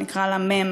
אני אקרא לה מ',